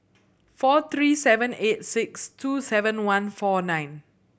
four three seven eight six two seven one four nine